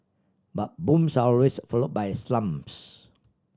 but booms are always followed by slumps